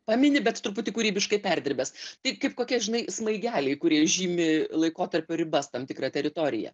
pamini bet truputį kūrybiškai perdirbęs tai kaip kokie žinai smaigeliai kurie žymi laikotarpio ribas tam tikrą teritoriją